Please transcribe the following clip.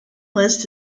list